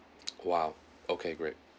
!wow! okay great